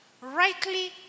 rightly